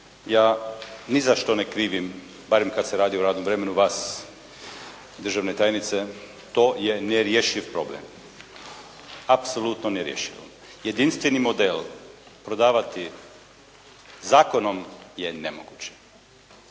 ja ni za što ne krivim barem kad se radi o radnom vremenu vas državne tajnice. To je nerješiv problem, apsolutno nerješivo. Jedinstveni model prodavati zakonom je nemoguće,